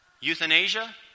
Euthanasia